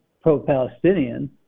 pro-Palestinian